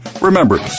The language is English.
Remember